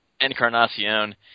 Encarnacion